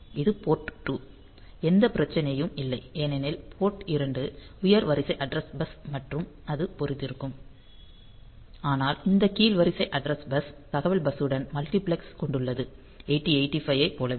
இது போர்ட் 2 எந்த பிரச்சனையும் இல்லை ஏனெனில் போர்ட் 2 உயர் வரிசை அட்ரஸ் பஸ் மற்றும் அது பொருந்திருக்கிறது ஆனால் இந்த கீழ் வரிசை அட்ரஸ் பஸ் தகவல் பஸ்ஸுடன் மல்டிபிளெக்ஸ் கொண்டுள்ளது 8085 ஐப் போலவே